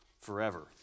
forever